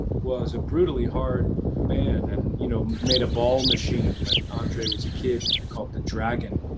was a brutally hard man, and, you know, made a ball machine when andre was a kid, called the dragon,